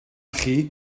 chi